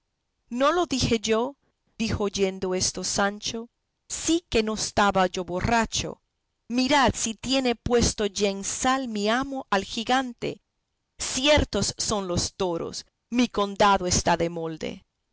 no lo dije yo dijo oyendo esto sancho sí que no estaba yo borracho mirad si tiene puesto ya en sal mi amo al gigante ciertos son los toros mi condado está de molde